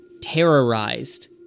terrorized